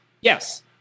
Yes